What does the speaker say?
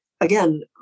again